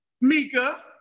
Mika